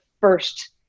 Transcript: first